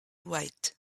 wait